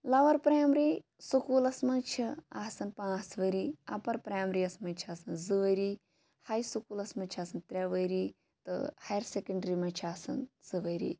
لَوَر primary سکوٗلَس مَنٛز چھِ آسان پانٛژھ ؤری اَپَر پرایمری یَس مَنٛز چھِ آسان زٕ ؤری ہاے سکوٗلَس مَنٛز چھِ آسان ترٛےٚ ؤری تہٕ ہایَر سیٚکَنٛڑری مَنٛز چھِ آسان زٕ ؤری